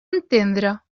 entendre